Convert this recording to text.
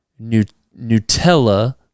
Nutella